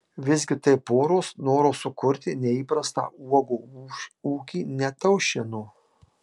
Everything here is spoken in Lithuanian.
visgi tai poros noro sukurti neįprastą uogų ūkį neataušino